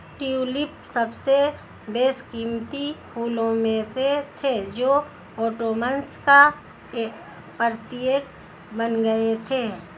tulip सबसे बेशकीमती फूलों में से थे जो ओटोमन्स का प्रतीक बन गए थे